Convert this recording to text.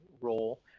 role